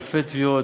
אלפי תביעות.